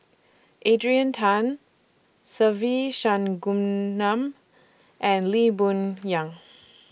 Adrian Tan Se Ve and Lee Boon Yang